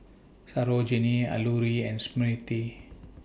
Sarojini Alluri and Smriti